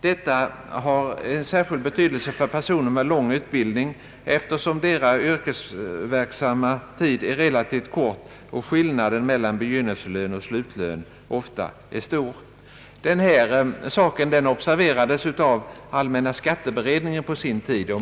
Detta har särskild betydelse för personer med lång utbildning, eftersom deras yrkesverksamma tid är relativt kort och skillnaden mellan begynnelselön och slutlön ofta är stor. Denna sak observerades på sin tid av allmänna skatteberedningen.